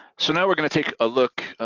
so now we're gonna take a look,